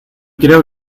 creo